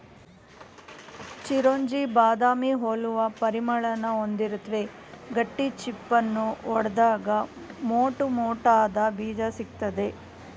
ಚಿರೊಂಜಿ ಬಾದಾಮಿ ಹೋಲುವ ಪರಿಮಳನ ಹೊಂದಿರುತ್ವೆ ಗಟ್ಟಿ ಚಿಪ್ಪನ್ನು ಒಡ್ದಾಗ ಮೋಟುಮೋಟಾದ ಬೀಜ ಸಿಗ್ತದೆ